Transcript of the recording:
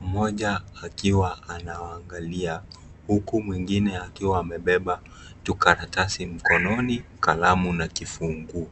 Mmoja akiwa anaangalia , huku mwingine akiwa amebeba karatasi mkononi ,kalamu na kifunguu.